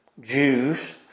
Jews